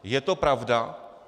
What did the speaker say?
Je to pravda?